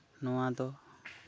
ᱱᱚᱣᱟᱫᱚ